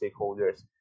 stakeholders